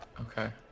Okay